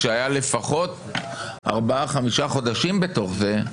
כשהיו לפחות ארבעה-חמישה חודשים בתוך זה,